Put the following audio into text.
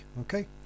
okay